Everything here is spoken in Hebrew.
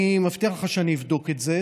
אני מבטיח לך שאני אבדוק את זה.